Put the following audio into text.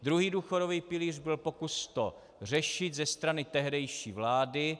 Druhý důchodový pilíř byl pokus to řešit ze strany tehdejší vlády.